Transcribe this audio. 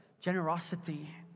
generosity